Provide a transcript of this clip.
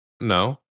No